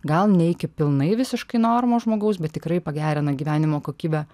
gal ne iki pilnai visiškai normos žmogaus bet tikrai pagerina gyvenimo kokybę